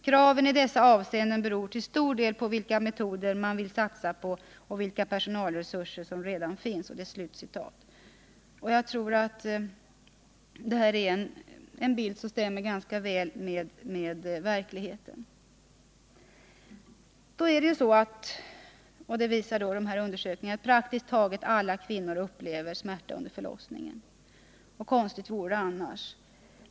Kraven i dessa avseenden beror till stor del på vilka metoder man vill satsa på och vilka personalresurser som redan finns.” Jag tror att det är en bild som stämmer ganska väl med verkligheten. Undersökningarna visar att praktiskt taget alla kvinnor upplever smärta under förlossningen, och konstigt vore det annars.